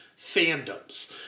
fandoms